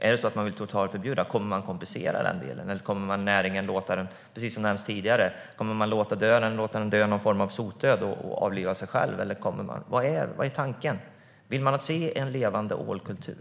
Kommer man att kompensera i den delen om man totalförbjuder, eller kommer man att låta näringen - precis som har nämnts tidigare - dö någon form av sotdöd och avliva sig själv? Vad är tanken? Vill man se en levande ålkultur?